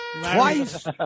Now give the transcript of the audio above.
Twice